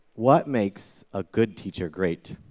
what makes a good teacher great?